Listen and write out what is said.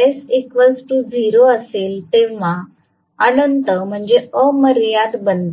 s0 असेल तेव्हा अनंत अमर्याद बनते